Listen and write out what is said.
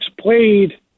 played